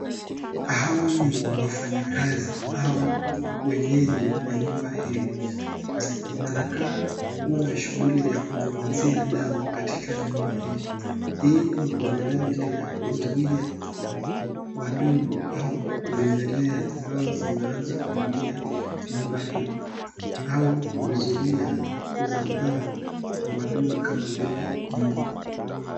Hao ni wafanyikazi au wenyeji wa nyumba hili. Wanakaa kuwa na shughuli ya kunyunyizia dawa katika nyumba hili. Hii ni kwa minajili ya kuzuia wadudu au vimelea ambayo zimeanza kiingia nyumba hili au kuzuia kusambaa kwa wadudu kama vile mbu.